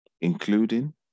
including